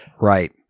Right